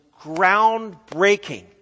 groundbreaking